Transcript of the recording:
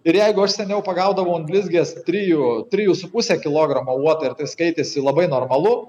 ir jeigu aš seniau pagaudavau ant blizgės trijų trijų su puse kilogramo uotą ir skaitėsi labai normalu